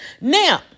now